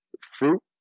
Fruit